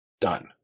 Done